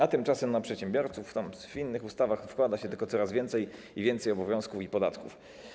A tymczasem na przedsiębiorców w innych ustawach nakłada się coraz więcej i więcej obowiązków i podatków.